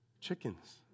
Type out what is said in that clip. Chickens